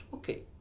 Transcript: okay.